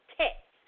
text